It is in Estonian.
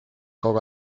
kogu